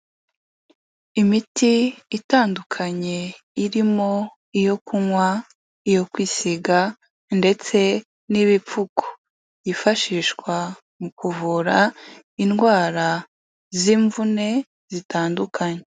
Imiti itandukanye irimo iyo kunywa, iyo kwisiga ndetse n'ibipfuko byifashishwa mu kuvura indwara z'imvune zitandukanye.